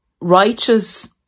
righteous